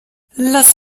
lass